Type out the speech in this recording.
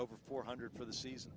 over four hundred for the season